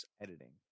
editing